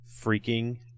freaking